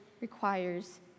requires